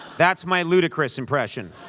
that's my ludicrous impression.